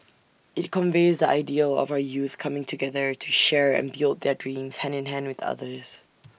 IT conveys the ideal of our youth coming together to share and build their dreams hand in hand with others